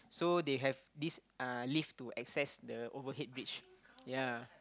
so they have this uh lift to access the overhead bridge yeah